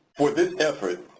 with this effort,